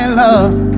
love